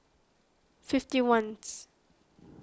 fifty ones